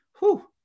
whoo